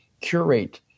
curate